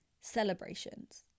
Celebrations